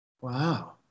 Wow